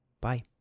Bye